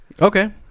Okay